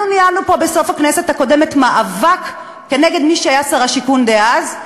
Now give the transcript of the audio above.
אנחנו ניהלנו פה בסוף הכנסת הקודמת מאבק נגד מי שהיה שר השיכון דאז,